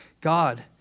God